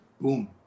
boom